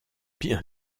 bien